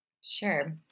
Sure